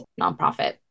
nonprofit